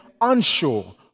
unsure